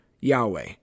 Yahweh